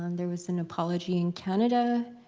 and there was an apology, in canada,